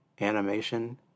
animation